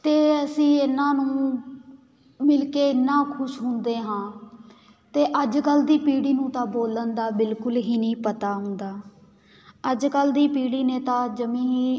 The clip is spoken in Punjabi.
ਅਤੇ ਅਸੀਂ ਇਹਨਾਂ ਨੂੰ ਮਿਲ ਕੇ ਇੰਨਾ ਖੁਸ਼ ਹੁੰਦੇ ਹਾਂ ਅਤੇ ਅੱਜ ਕੱਲ੍ਹ ਦੀ ਪੀੜ੍ਹੀ ਨੂੰ ਤਾਂ ਬੋਲਣ ਦਾ ਬਿਲਕੁਲ ਹੀ ਨਹੀਂ ਪਤਾ ਹੁੰਦਾ ਅੱਜ ਕੱਲ੍ਹ ਦੀ ਪੀੜ੍ਹੀ ਨੇ ਤਾਂ ਜਮੀ ਹੀ